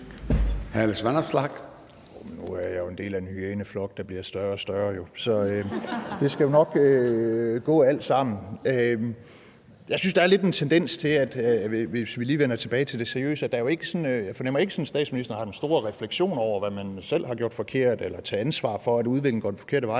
Alex Vanopslagh (LA): Nu er jeg jo en del af en hyæneflok, der bliver større og større, så det skal jo nok gå alt sammen. Hvis vi lige vender tilbage til det seriøse, fornemmer jeg ikke, at statsministeren har den store refleksion over, hvad man nu selv har gjort forkert, eller tager ansvar for, at udviklingen går den forkerte vej.